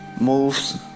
moves